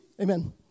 Amen